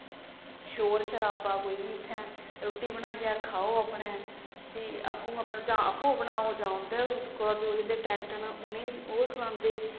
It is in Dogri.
शोर शराबा कोई बी उत्थें रुट्टी बनाइयै खाओ अपनै फ्ही आपूं बनाओ जां अपूं गै बनाओ जां उंदे कोला जिन्दे टैंट न उ'नेंगी ओह् खलांदे